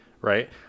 right